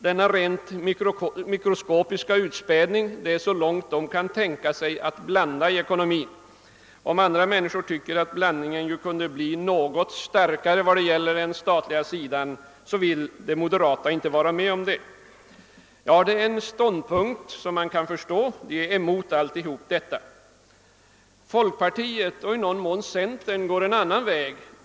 Denna rent mikroskopiska utspädning innebär gränsen för den blandning av ekonomin partiet kan tänka sig. De moderata vill inte vara med om en starkare inblandning av statlig verksamhet, om detta krav skulle föras fram från annat håll. Det är en ståndpunkt som man kan förstå. De är motståndare till hela denna tanke. Folkpartiet och i någon mån centerpartiet går en annan väg.